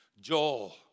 Joel